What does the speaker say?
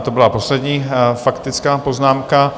To byla poslední faktická poznámka.